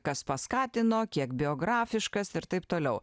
kas paskatino kiek biografiškas ir taip toliau